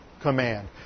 command